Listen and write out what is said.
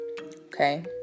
Okay